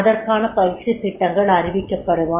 அதற்கான பயிற்சித் திட்டங்கள் அறிவிக்கப்படுமா